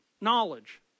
knowledge